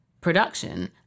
production